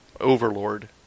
overlord